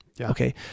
Okay